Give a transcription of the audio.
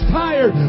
tired